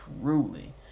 truly